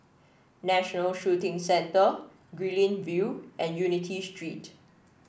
National Shooting Centre Guilin View and Unity Street